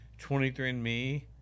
23andme